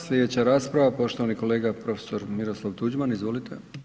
Slijedeća rasprava poštovani kolega prof. Miroslav Tuđman, izvolite.